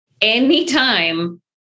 anytime